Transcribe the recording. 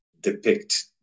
depict